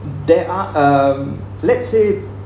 there are um let's say